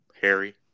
Harry